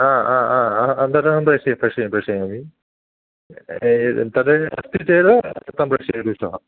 हा हा हा अनन्तरं प्रेषय प्रेष्य प्रेषयामि यद् तद् अस्ति चेद् तं प्रेषयतु श्वः